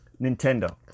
Nintendo